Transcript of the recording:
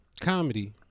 Comedy